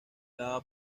lava